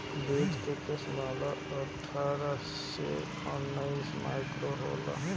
बीच के किसिम वाला कअ अट्ठारह से उन्नीस माइक्रोन होला